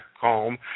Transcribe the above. home